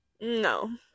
no